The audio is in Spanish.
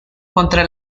contra